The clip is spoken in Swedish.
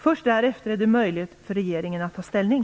Först därefter är det möjligt för regeringen att ta ställning.